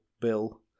Bill